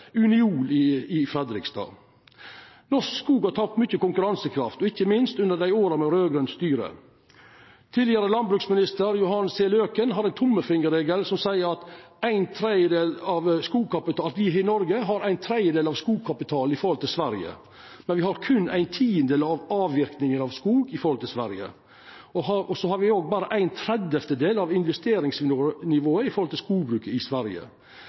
Uniol i Fredrikstad. Norsk skog har tapt mykje konkurransekraft, ikkje minst i åra med raud-grønt styre. Tidlegare landbruksminister Johan C. Løken hadde ein tommelfingerregel som seier at me i Noreg har ein tredel av skogkapitalen i forhold til Sverige, men berre ein tidel avverking av skog i forhold til Sverige. Og me har berre ein trettidel av investeringsnivået i forhold til skogbruket i Sverige.